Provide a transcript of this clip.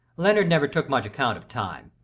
leonard never took much account of time.